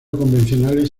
convencionales